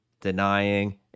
denying